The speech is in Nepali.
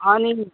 अनि